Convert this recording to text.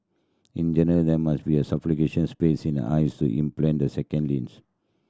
in general there must be a space in the eyes to implant the second lens